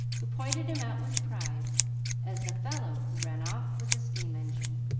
who pointed him out with pride as the fellow who ran off with a steam-engine.